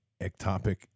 ectopic